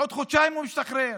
עוד חודשיים הוא משתחרר,